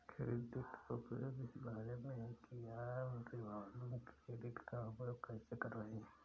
credit उपयोग इस बारे में है कि आप रिवॉल्विंग क्रेडिट का उपयोग कैसे कर रहे हैं